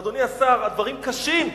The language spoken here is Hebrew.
אדוני השר, הדברים קשים,